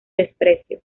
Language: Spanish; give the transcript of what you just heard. desprecio